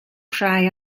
rhai